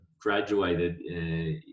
graduated